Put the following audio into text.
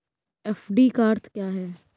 FD का अर्थ क्या है?